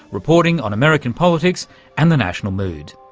reporting on american politics and the national mood,